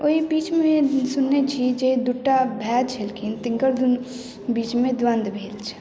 ओहि बीचमे सुनने छी जे दूटा भाइ छलखिन तिनका दूनू बीचमे द्वन्द्व भेल छनि